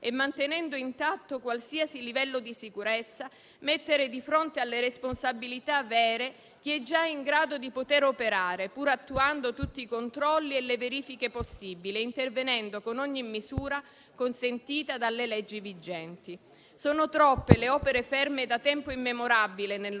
e mantenendo intatto qualsiasi livello di sicurezza, mettere di fronte alle responsabilità vere chi è già in grado di poter operare, pur attuando tutti i controlli e le verifiche possibili e intervenendo con ogni misura consentita dalle leggi vigenti. Sono troppe le opere ferme da tempo immemorabile nel